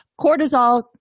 Cortisol